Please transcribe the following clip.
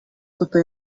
papa